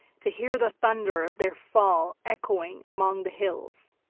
to hear the thunder of their fall echoing among the hills.